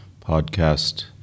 podcast